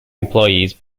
employees